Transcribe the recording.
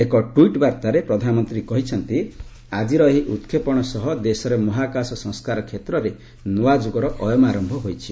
ଏକ ଟ୍ୱିଟ୍ ବାର୍ଭାରେ ପ୍ରଧାନମନ୍ତ୍ରୀ କହିଛନ୍ତି ଆଜିର ଏହି ଉତ୍କ୍ଷେପଣ ସହ ଦେଶରେ ମହାକାଶ ସଂସ୍କାର କ୍ଷେତ୍ରରେ ନ୍ତଆ ଯୁଗର ଅୟମାର୍ୟ ହୋଇଛି